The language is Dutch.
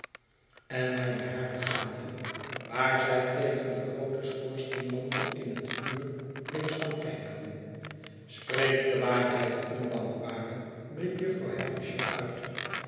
en naar den haard gaande waar zij tegen den grooten schoorsteenmantel in het vuur bleefstaan kijken spreek de waarheid ondankbare riep jufvrouw havisham uit